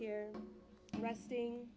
here resting